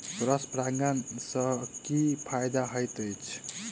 Cross परागण सँ की फायदा हएत अछि?